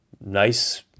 nice